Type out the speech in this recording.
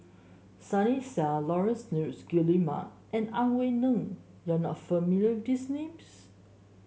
Sunny Sia Laurence Nunns Guillemard and Ang Wei Neng you are not familiar with these names